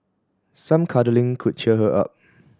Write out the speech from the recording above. some cuddling could cheer her up